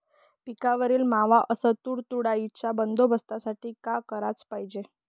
पिकावरील मावा अस तुडतुड्याइच्या बंदोबस्तासाठी का कराच पायजे?